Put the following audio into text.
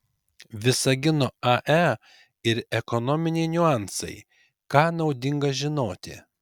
visagino ae ir ekonominiai niuansai ką naudinga žinoti